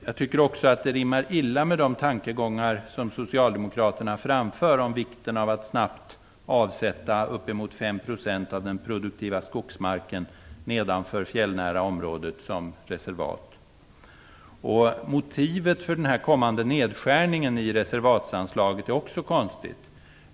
Jag tycker också att det rimmar illa med de tankegångar som socialdemokraterna framför om vikten av att snabbt avsätta uppemot 5 % av den produktiva skogsmarken nedanför fjällnära området som reservat. Motivet för den kommande nedskärningen i reservatsanslaget är också konstigt.